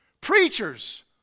Preachers